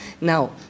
Now